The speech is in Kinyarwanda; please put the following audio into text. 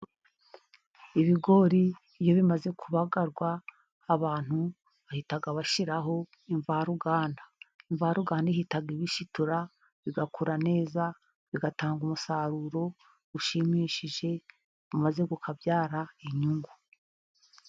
Ibigori iyo bimaze kubagarwa, abantu bahita bashyiraho imvaruganda, imvaruganda ihita ibishitura, bigakura neza, bigatanga umusaruro ushimishije, maze ukabyara inyungu.